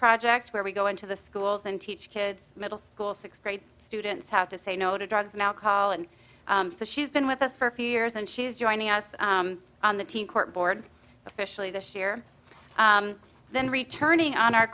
project where we go into the schools and tea kids middle school sixth grade students have to say no to drugs and alcohol and that she's been with us for a few years and she's joining us on the team court board officially this year then returning on our